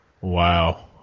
Wow